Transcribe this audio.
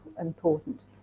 important